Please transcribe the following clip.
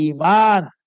iman